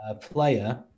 player